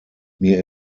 mir